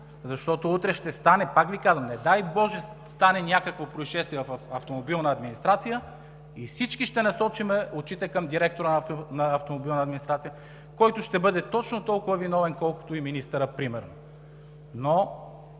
Защото, пак Ви казвам, не дай боже, стане някакво произшествие в „Автомобилна администрация“ всички ще насочим очи към директора на „Автомобилна администрация“, който ще бъде точно толкова виновен, колкото и министърът примерно.